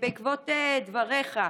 בעקבות דבריך,